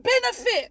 benefit